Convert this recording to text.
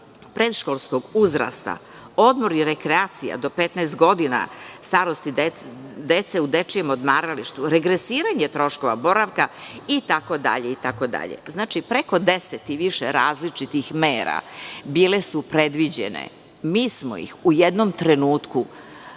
predškolskog uzrasta, odmor i rekreacija do 15 godina starosti dece u dečijem odmaralištu, regresiranje troškova boravka itd. itd. Znači, preko deset i više različitih mera bile su predviđene, mi smo ih u jednom trenutku